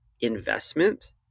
investment